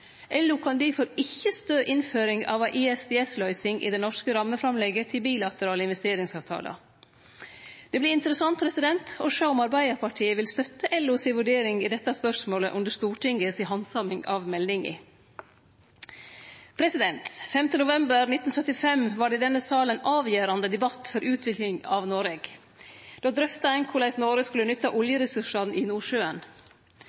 LO kan difor ikkje støtte innføring av ei ISDS-løysing i det norske rammeframlegget til bilaterale investeringsavtalar. Det vert interessant å sjå om Arbeidarpartiet vil støtte LO si vurdering i dette spørsmålet under Stortingets handsaming av meldinga. Den 5. november 1975 var det i denne salen ein avgjerande debatt for utviklinga av Noreg. Då drøfta ein korleis Noreg skulle